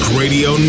radio